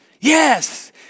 Yes